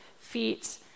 feet